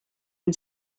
can